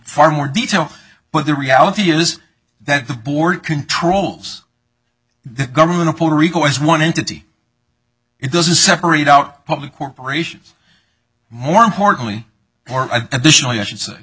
far more detail but the reality is that the board controls the government of puerto rico as one entity it doesn't separate out public or peroration more importantly additionally i should say